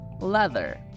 leather